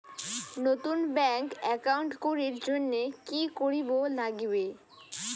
নতুন bank account করির জন্যে কি করিব নাগিবে?